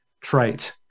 trait